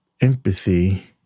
empathy